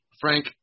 Frank